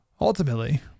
ultimately